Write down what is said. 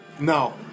No